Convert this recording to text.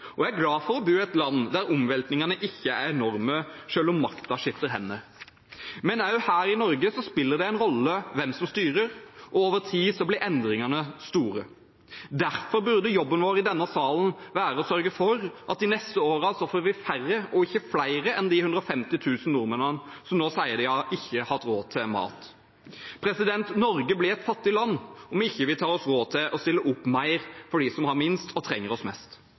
og jeg er glad for å bo i et land der omveltningene ikke er enorme selv om makten skifter hender. Men også her i Norge spiller det en rolle hvem som styrer, og over tid blir endringene store. Derfor burde jobben vår i denne salen være å sørge for at vi de neste årene får færre og ikke flere enn 150 000 nordmenn som sier at de ikke har hatt råd til mat. Norge blir et fattig land om vi ikke tar oss råd til å stille opp mer for dem som har minst og trenger oss mest.